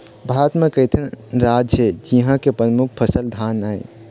भारत म कइठन राज हे जिंहा के परमुख फसल धान आय